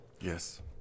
Yes